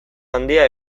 handia